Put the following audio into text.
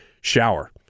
shower